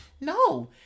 No